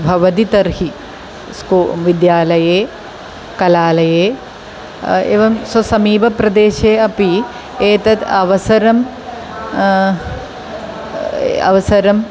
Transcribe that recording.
भवति तर्हि स्को विद्यालये कलालये एवं स्वसमीपप्रदेशे अपि एतत् अवसरः अवसरः